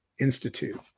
Institute